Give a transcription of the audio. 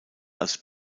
als